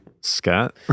Scott